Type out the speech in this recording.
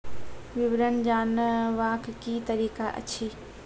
विवरण जानवाक की तरीका अछि?